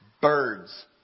Birds